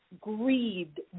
grieved